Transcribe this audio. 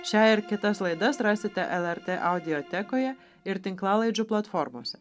šią ir kitas laidas rasite el er tė audiotekoje ir tinklalaidžių platformose